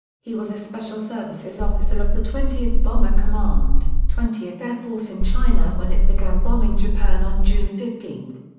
he was a special services officer of the twentieth bomber command, twentieth air force in china when it began bombing japan on june fifteen.